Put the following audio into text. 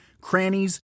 crannies